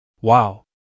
Wow